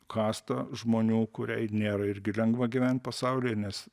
kasta žmonių kuriai nėra irgi lengva gyvent pasaulyje nes